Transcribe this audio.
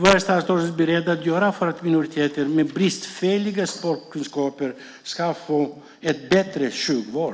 Vad är statsrådet beredd att göra för att minoriteter med bristfälliga språkkunskaper ska få bättre sjukvård?